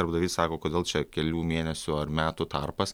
darbdavys sako kodėl čia kelių mėnesių ar metų tarpas